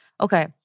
Okay